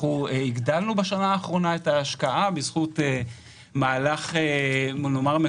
אנחנו הגדלנו בשנה האחרונה את ההשקעה בזכות מהלך מקומי,